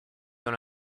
dans